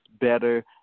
better